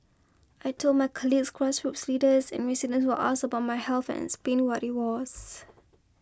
I told my colleagues grassroots leaders and residents who asked about my health and explained what it was